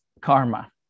karma